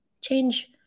change